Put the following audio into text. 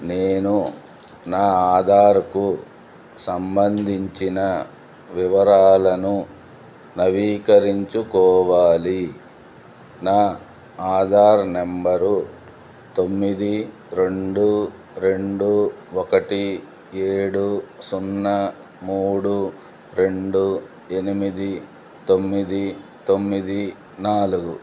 నేను నా ఆధార్కు సంబంధించిన వివరాలను నవీకరించుకోవాలి నా ఆధార్ నెంబరు తొమ్మిది రెండు రెండు ఒకటి ఏడు సున్నా మూడు రెండు ఎనిమిది తొమ్మిది తొమ్మిది నాలుగు